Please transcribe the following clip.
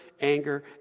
anger